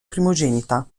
primogenita